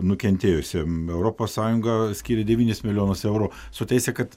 nukentėjusiem europos sąjunga skyrė devynis milijonus eurų su teise kad